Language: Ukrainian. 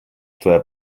твоя